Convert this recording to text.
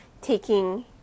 taking